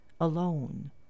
alone